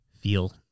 feel